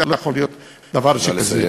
לא יכול להיות דבר שכזה.